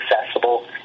accessible